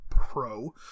pro